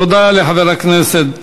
תודה לחבר הכנסת